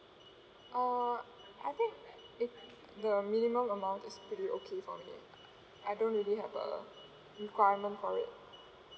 uh I think if the minimum amount is pretty okay for me I don't really have a requirement for it